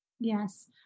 Yes